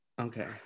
Okay